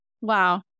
Wow